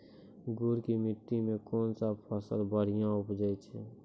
गुड़ की मिट्टी मैं कौन फसल बढ़िया उपज छ?